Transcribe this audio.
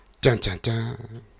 Dun-dun-dun